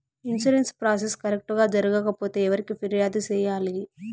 insurance process correct గా జరగకపోతే ఎవరికి ఫిర్యాదు సేయాలి